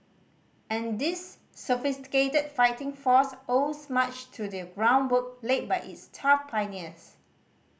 and this sophisticated fighting force owes much to the groundwork laid by its tough pioneers